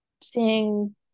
seeing